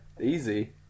easy